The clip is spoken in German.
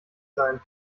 sein